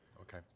okay